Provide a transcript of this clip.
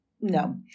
No